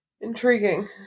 Intriguing